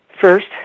First